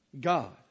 God